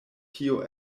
tio